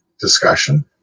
discussion